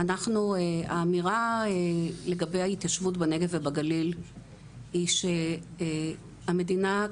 האמירה לגבי ההתיישבות בנגב ובגליל היא שהמדינה,